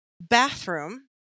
bathroom